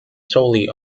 solely